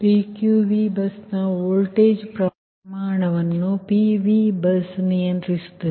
ಆದ್ದರಿಂದ PQV ಬಸ್ನ voltage ಪ್ರಮಾಣವನ್ನು PVಬಸ್ ನಿಯಂತ್ರಿಸುತ್ತದೆ